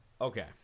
Okay